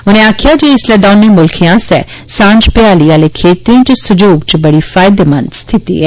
उनें आक्खेया जे इसलै दौने मुल्खें आस्तै सांझ भयाली आले खेतरें च सहयोग च बड़ी फायदेमंद स्थिती ऐ